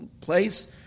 place